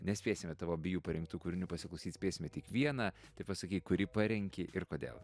nespėsime tavo abiejų parinktų kūrinių pasiklausyt spėsime tik vieną tai pasakyk kurį parenki ir kodėl